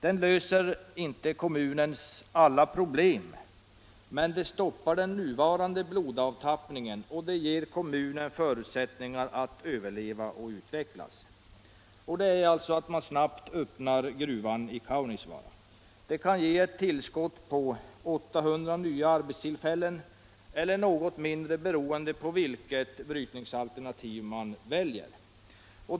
Den löser inte kommunens alla problem, men den stoppar den nuvarande blodavtappningen och ger kommunen förutsättningar att överleva och utvecklas. Den medicinen är att man snabbt öppnar gruvbrytning i Kaunisvaara. Det kan ge ett tillskott på 800 nya arbetstillfällen eller något mindre, beroende på vilket brytningsalternativ man väljer.